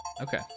Okay